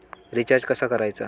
Recharge कसा करायचा?